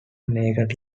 naked